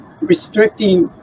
restricting